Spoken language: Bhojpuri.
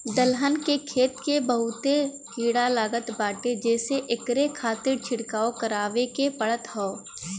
दलहन के खेत के बहुते कीड़ा लागत बाटे जेसे एकरे खातिर छिड़काव करवाए के पड़त हौ